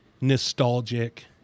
nostalgic